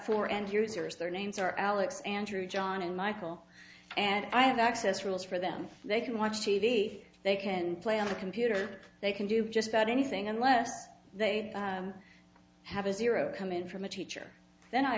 four end users their names are alex andrew john and michael and i have access rules for them they can watch t v they can play on the computer they can do just about anything unless they have a zero coming from a teacher then i